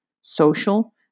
social